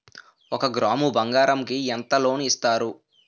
ఒక గ్రాము బంగారం కి ఎంత లోన్ ఇస్తారు?